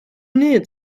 need